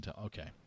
Okay